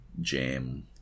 jam